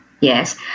Yes